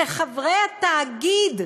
שחברי התאגיד,